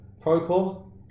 Procore